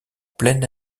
pleine